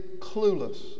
clueless